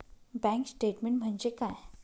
Bank statement म्हणजे काय?